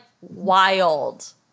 wild